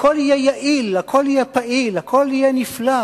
הכול יהיה יעיל, הכול יהיה פעיל, הכול יהיה נפלא.